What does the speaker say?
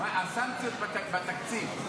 על סנקציות בתקציב.